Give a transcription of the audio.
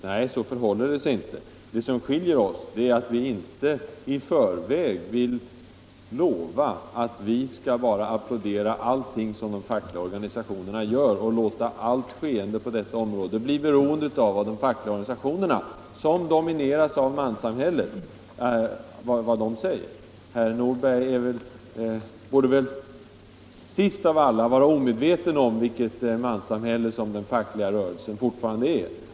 Nej, så förhåller det sig inte. Det som skiljer oss är att vi inte i förväg vill lova att applådera allt vad de fackliga organisationerna gör och låta allt skeende på detta område bli beroende av vad de fackliga organisationerna - som domineras av manssamhället — säger. Herr Nordberg borde väl sist av alla vara omedveten om vilket manssamhälle som den fackliga rörelsen alltjämt är.